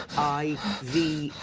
i v